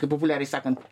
kaip populiariai sakant